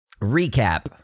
recap